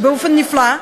באופן נפלא,